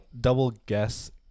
double-guess